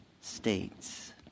states